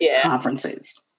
conferences